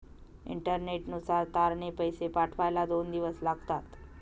इंटरनेटनुसार तारने पैसे पाठवायला दोन दिवस लागतात